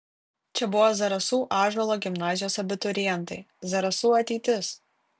čia buvo zarasų ąžuolo gimnazijos abiturientai zarasų ateitis